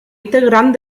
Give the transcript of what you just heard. integrant